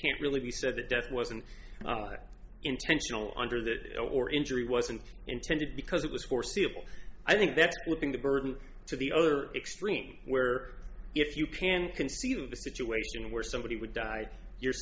can't really be said that death wasn't intentional under that or injury wasn't intended because it was foreseeable i think that's putting the burden to the other extreme where if you can conceive of a situation where somebody would die you're